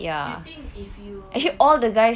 you think if you